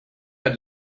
had